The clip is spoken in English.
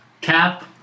Cap